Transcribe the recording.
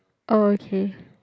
oh okay